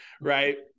Right